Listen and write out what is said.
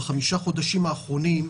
בחמישה החודשים האחרונים,